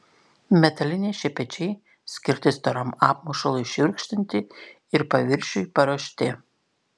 metaliniai šepečiai skirti storam apmušalui šiurkštinti ir paviršiui paruošti